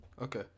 Okay